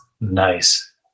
Nice